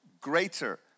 Greater